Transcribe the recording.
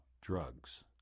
drugs